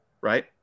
right